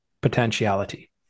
potentiality